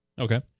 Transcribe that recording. Okay